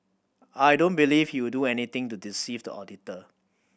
I don't believe he would do anything to deceive the auditor